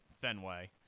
Fenway